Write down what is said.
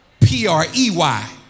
P-R-E-Y